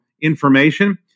information